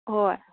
ꯍꯣꯏ